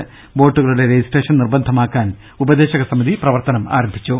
ഹൌസ്ബോട്ടിൽ ബോട്ടുകളുടെ രജിസ്ട്രേഷൻ നിർബന്ധമാക്കാൻ ഉപദേശക സമിതി പ്രവർത്തനം ആരംഭിച്ചു